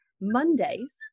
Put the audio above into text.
Mondays